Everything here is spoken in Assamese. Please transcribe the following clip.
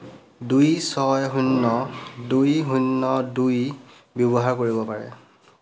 দুই ছয় শূন্য দুই শূন্য দুই ব্যৱহাৰ কৰিব পাৰে